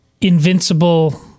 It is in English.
invincible